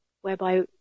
Whereby